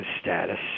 status